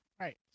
Right